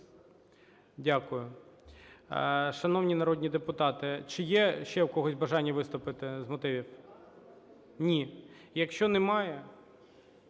Дякую. Шановні народні депутати! Чи є ще в когось бажання виступити з мотивів? Ні. Якщо немає…